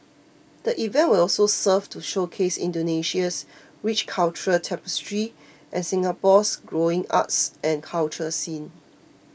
the event will also serve to showcase Indonesia's rich cultural tapestry and Singapore's growing arts and culture scene